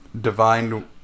divine